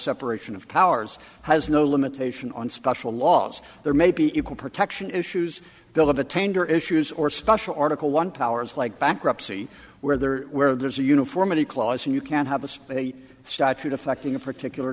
separation of powers has no limitation on special laws there may be equal protection issues bill of attainder issues or special article one powers like bankruptcy where there where there's a uniformity clause and you can have a spate statute affecting a particular